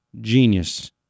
Genius